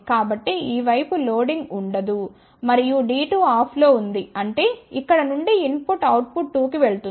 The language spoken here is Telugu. కాబట్టి ఈ వైపు లోడింగ్ ఉండదు మరియు D2 ఆఫ్లో ఉంది అంటే ఇక్కడ నుండి ఇన్ పుట్ అవుట్ పుట్ 2 కి వెళుతుంది